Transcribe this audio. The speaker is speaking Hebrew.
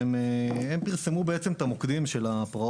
שהם פרסמו את כל המוקדים של הפרעות.